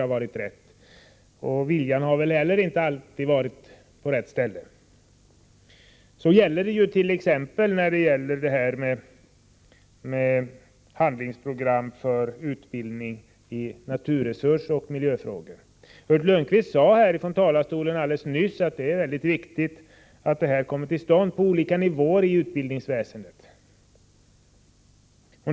Inte heller regeringens vilja har väl alltid varit så stor t.ex. när det gällt ett handlingsprogram för utbildning i naturresursoch miljöfrågor. Ulf Lönnqvist sade från denna talarstol alldeles nyss att det är viktigt att undervisning i detta avseende kommer till stånd på olika nivåer inom utbildningsväsendet.